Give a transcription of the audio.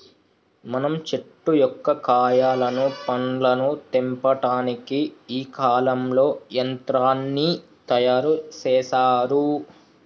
మనం చెట్టు యొక్క కాయలను పండ్లను తెంపటానికి ఈ కాలంలో యంత్రాన్ని తయారు సేసారు